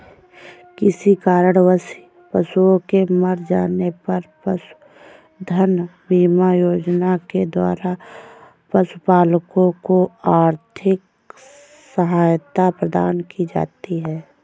किसी कारणवश पशुओं के मर जाने पर पशुधन बीमा योजना के द्वारा पशुपालकों को आर्थिक सहायता प्रदान की जाती है